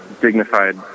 dignified